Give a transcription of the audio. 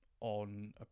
on